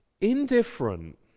indifferent